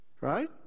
Right